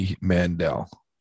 mandel